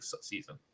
season